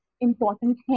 important